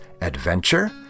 adventure